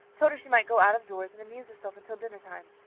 told her she might go out-of-doors and amuse herself until dinner time.